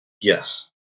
Yes